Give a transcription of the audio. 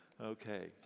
Okay